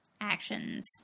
actions